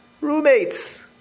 roommates